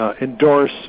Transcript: endorse